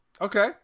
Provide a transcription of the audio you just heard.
okay